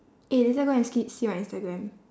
eh later go and ski~ see my instagram